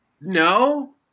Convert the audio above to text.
No